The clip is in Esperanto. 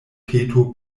peto